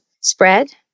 spread